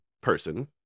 person